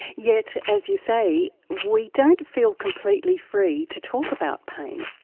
yet, as you say, we don't feel completely free to talk about pain.